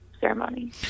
ceremony